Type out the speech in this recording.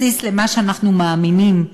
בסיס למה שאנחנו מאמינים בו,